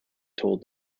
told